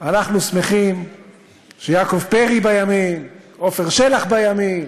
אנחנו שמחים שיעקב פרי בימין, עפר שלח בימין,